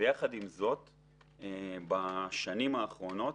ויחד עם זאת בשנים האחרונות,